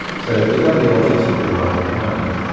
so they've got to be objects of the right kind.